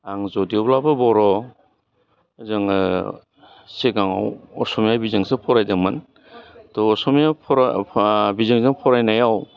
आं जुदिअब्लाबो बर' जोङो सिगाङाव असमिया बिजोंसो फरायदोंमोन थह असमिया फराय बिजोंजों फरायनायाव